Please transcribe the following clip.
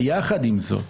ויחד עם זאת,